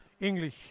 English